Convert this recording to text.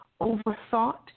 overthought